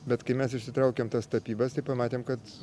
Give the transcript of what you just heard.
bet kai mes išsitraukėm tas tapybas tai pamatėm kad